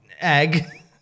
egg